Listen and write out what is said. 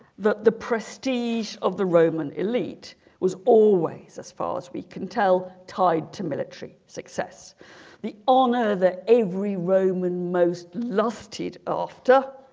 the the prestige of the roman elite was always as far as we can tell tied to military success the honour that every roman most lusted after